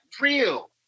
real